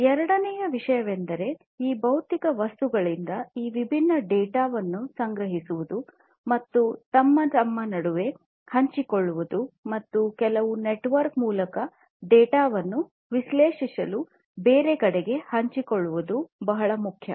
ಎರಡನೆಯ ವಿಷಯವೆಂದರೆ ಈ ಭೌತಿಕ ವಸ್ತುಗಳಿಂದ ಈ ವಿಭಿನ್ನ ಡೇಟಾ ವನ್ನು ಸಂಗ್ರಹಿಸುವುದು ಮತ್ತು ತಮ್ಮ ನಡುವೆ ಹಂಚಿಕೊಳ್ಳುವುದು ಮತ್ತು ಕೆಲವು ನೆಟ್ವರ್ಕ್ ಮೂಲಕ ಡೇಟಾವನ್ನು ವಿಶ್ಲೇಷಿಸಲು ಬೇರೆಡೆಗೆ ಹಂಚಿಕೊಳ್ಳುವುದು ಬಹಳ ಮುಖ್ಯ